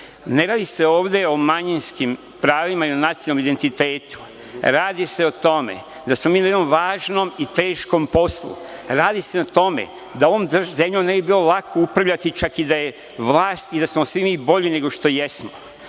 Ne radi se ovde o manjinskim pravima i o nacionalnom identitetu. Radi se o tome da smo na jednom važnom i teškom poslu. Radi se o tome da ovom zemljom ne bi bilo lako upravljati čak i da je vlast i da smo svi mi bolji nešto što jesmo. Radi